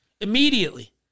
Immediately